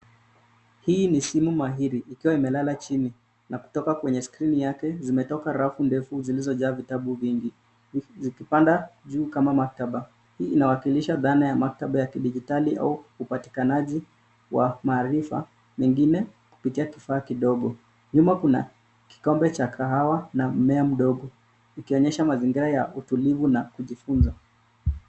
Hii ni simu mahiri, ikiwa imelala chini, na kutoka kwenye skirini yake zimetoka rafu ndefu zilizojaa vitabu vingi, zikipanga juu kama maktaba. Hii inawakilisha dhana ya maktaba ya kidijitali au upatikanaji wa maarifa nyingine, kupitia kifaa kidogo. Nyuma kuna kikombe cha kahawa na mmea mdogo, ikionyesha mazingira ya utulivu na kujifunza.